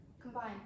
combine